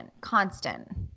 constant